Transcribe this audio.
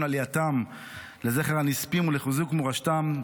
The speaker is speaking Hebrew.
עלייתם ולזכר הנספים ולחיזוק מורשתם,